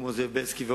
כמו זאב בילסקי,